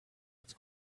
its